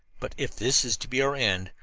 but if this is to be our end,